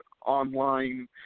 Online